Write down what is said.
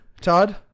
Todd